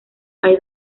hay